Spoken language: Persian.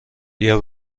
بیا